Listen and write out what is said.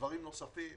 בדברים נוספים